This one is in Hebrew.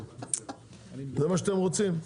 זה מה שאתם רוצים?